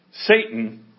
Satan